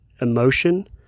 emotion